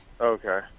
okay